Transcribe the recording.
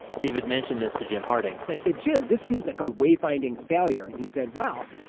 david mentioned this to jim harding. i said, jim, this seems like a wayfinding failure. and he said, well,